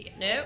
No